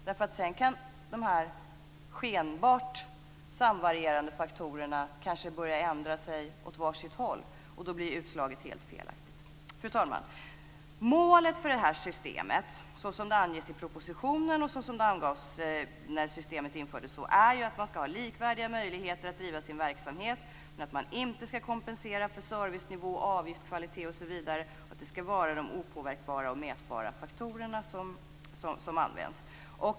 Sedan kan nämligen de här skenbart samvarierande faktorerna börja ändra sig åt var sitt håll, och då blir utslaget helt felaktigt. Fru talman! Målet för detta system, såsom det anges i propositionen och såsom det angavs när systemet infördes, är att man skall ha likvärdiga möjligheter att bedriva sin verksamhet. Man skall dock inte kompenseras för servicenivå, avgift, kvalitet osv., utan det skall vara de opåverkbara och mätbara faktorerna som används.